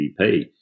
GDP